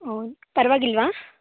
ಓಹ್ ಪರವಾಗಿಲ್ವಾ